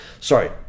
Sorry